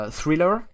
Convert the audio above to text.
thriller